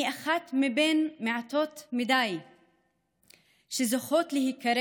אני אחת מבין מעטות מדי שזוכות להיקרא